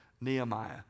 Nehemiah